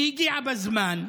היא הגיעה בזמן,